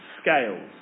scales